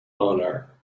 honor